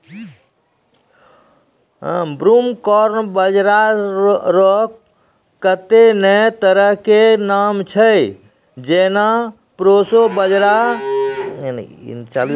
broomcorn बाजरा रो कत्ते ने तरह के नाम छै जेना प्रोशो बाजरा रो नाम से जानलो जाय छै